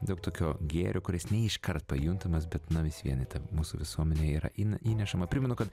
daug tokio gėrio kuris ne iškart pajuntamas bet nu vis vien į tą mūsų visuomenę yra in įnešama primenu kad